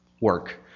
work